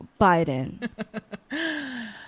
Biden